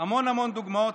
המון המון דוגמאות,